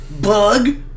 Bug